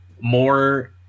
more